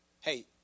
hey